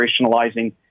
operationalizing